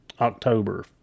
October